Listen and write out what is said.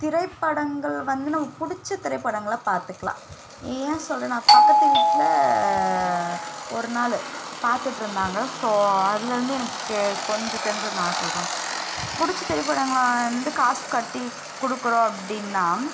திரைப்படங்கள் வந்து நமக்கு பிடிச்ச திரைப்படங்களை பார்த்துக்கலாம் ஏன் சொல்கிறேன்னா பக்கத்து வீட்டில ஒரு நாள் பார்த்துட்டு இருந்தாங்கள் ஸோ அதில் இருந்து எனக்கு கொஞ்சம் தெரிஞ்சதனால சொல்கிறேன் பிடிச்ச திரைப்படங்களை வந்து காசு கட்டி கொடுக்குறோம் அப்படின்னா